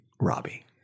Robbie